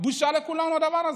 בושה לכולנו הדבר הזה.